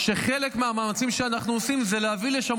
וחלק מהמאמצים שאנחנו עושים זה להביא לשם